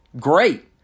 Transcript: great